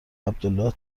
عبدالله